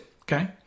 Okay